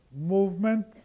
movement